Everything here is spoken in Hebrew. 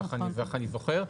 ככה אני זוכר,